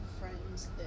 friends